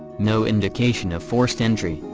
no indication of forced entry,